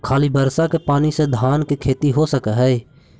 खाली बर्षा के पानी से धान के खेती हो सक हइ?